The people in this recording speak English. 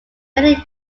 many